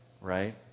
right